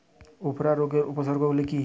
উফরা রোগের উপসর্গগুলি কি কি?